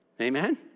Amen